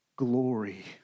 glory